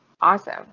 awesome